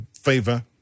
favor